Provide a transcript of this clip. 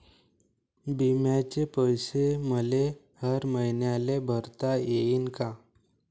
बिम्याचे पैसे मले हर मईन्याले भरता येईन का?